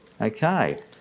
Okay